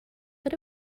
but